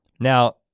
Now